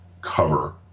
cover